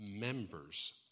members